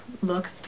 look